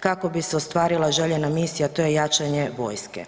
kako bi se ostvarila željena misija, a to je jačanje vojske.